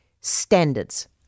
Standards